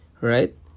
right